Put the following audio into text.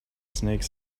snake